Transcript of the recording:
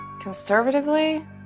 conservatively